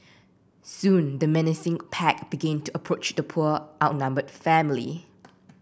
soon the menacing pack began to approach the poor outnumbered family